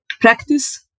practice